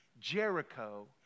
Jericho